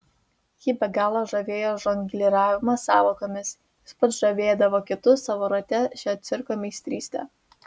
jį be galo žavėjo žongliravimas sąvokomis jis pats žavėdavo kitus savo rate šia cirko meistryste